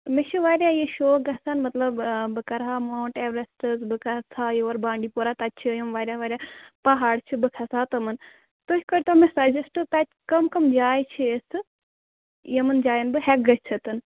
مےٚ چھُ واریاہ یہِ شوق گژھان مطلب بہٕ کَرٕہا ماوُنٛٹ ایوریسٹہٕ بہٕ کَر تھاوَو یور بانٛڈی پورہ تَتہِ چھِ یِم واریاہ واریاہ پہاڑ چھِ بہٕ کھسہٕ ہا تِمَن تُہۍ کٔرۍتو مےٚ سَجَسٹہٕ تَتہِ کٕم کٕم جایہِ چھِ یِژھٕ یِمَن جایَن بہٕ ہٮ۪کہٕ گٔژھِتھ